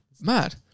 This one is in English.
mad